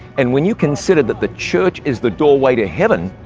and when you consider that the church is the doorway to heaven,